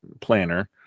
planner